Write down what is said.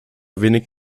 wenig